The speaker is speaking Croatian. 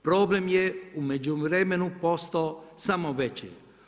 Problem je u međuvremenu postao samo veći.